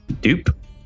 Dupe